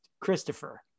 Christopher